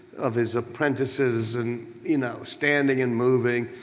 of his apprentices and you know, standing and moving,